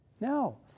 No